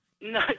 No